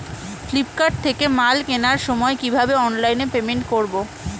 Flipkart থেকে মাল কেনার সময় কিভাবে অনলাইনে পেমেন্ট করব?